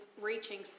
reaching